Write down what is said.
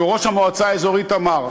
שהוא ראש המועצה האזורית תמר,